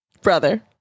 Brother